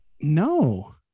No